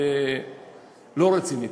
לא רצינית.